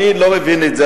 אני לא מבין את זה,